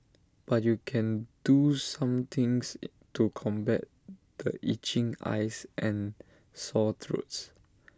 but you can do some things IT to combat the itching eyes and sore throats